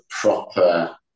proper